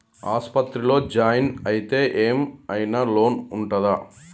ఆస్పత్రి లో జాయిన్ అయితే ఏం ఐనా లోన్ ఉంటదా?